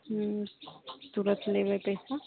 तुरत लेबै पैसा